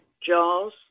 JAWS